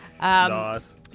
Nice